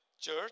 church